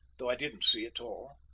though i didn't see at all.